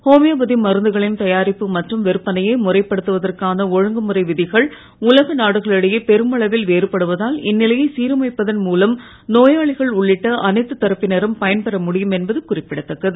homeopathy மருந்துகளின் தயாரிப்பு மற்றும் விற்பனையை முறைப்படுத்துவதற்கான விதிகள் ஒழுங்குமுறை உலக நாடுகளுக்கிடையே பெருமளவில் வேறுபடுவதால் இந்நிலையை சீரமைப்பதன் மூலம் நோயாளிகள் உள்ளிட்ட அனைத்துத் தரப்பினரும் பயன்பெற முடியும் என்பதும் குறிப்பிடத்தக்கது